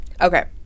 Okay